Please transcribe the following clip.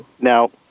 now